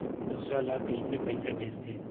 दूसरा ला कइसे पईसा भेजथे?